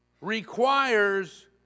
requires